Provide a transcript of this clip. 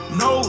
no